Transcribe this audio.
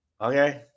okay